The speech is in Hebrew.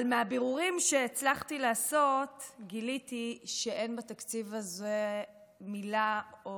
אבל מהבירורים שהצלחתי לעשות גיליתי שאין בתקציב הזה מילה או